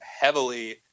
heavily